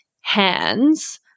hands